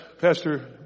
Pastor